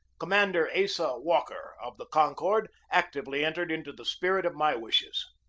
commander asa walker, of the concord, actively entered into the spirit of my wishes.